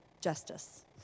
justice